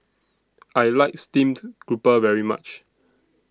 I like Steamed Grouper very much